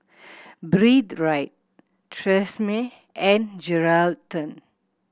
Breathe Right Tresemme and Geraldton